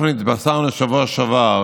אנחנו התבשרנו בשבוע שעבר